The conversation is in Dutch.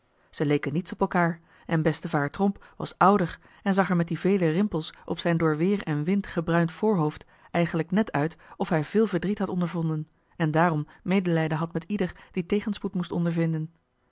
ze leken niets op elkaar en bestevaer tromp was ouder en zag er met die vele rimpels op zijn door weer en wind gebruind voorhoofd eigenlijk net uit of hij veel verdriet had ondervonden en daarom medelijden had met ieder die tegenspoed moest ondervinden